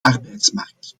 arbeidsmarkt